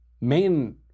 main